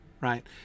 Right